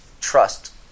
trust